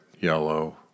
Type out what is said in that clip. yellow